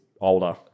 older